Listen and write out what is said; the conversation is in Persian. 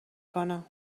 کنم